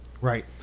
right